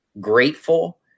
grateful